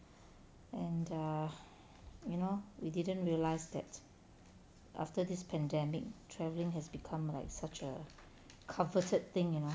and err you know we didn't realise that after this pandemic travelling has become like such a coveted thing you know